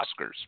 Oscars